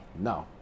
no